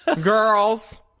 Girls